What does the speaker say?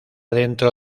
dentro